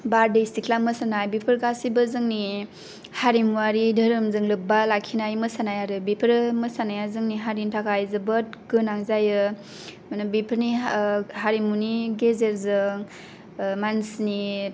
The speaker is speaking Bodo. बारदै सिख्ला मोसानाय बेफोर गासैबो जोंनि हारिमुवारि धोरोमजों लोब्बा लाखिनाय मोसानाय आरो बेफोरो मोसानाया जोंनि हारिनि थाखाय जोबोद गोनां जायो बेफोरनि हारिमुनि गेजेरजों मानसिनि